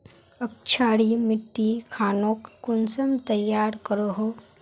क्षारी मिट्टी खानोक कुंसम तैयार करोहो?